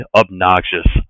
obnoxious